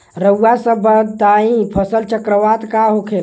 रउआ सभ बताई फसल चक्रवात का होखेला?